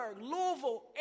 Louisville